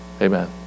amen